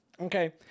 okay